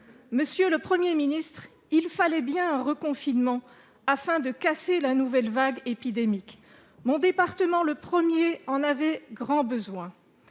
Monsieur le Premier ministre, il fallait bien le reconfinement pour casser la nouvelle vague épidémique. Mon département, le premier, en avait grand besoin.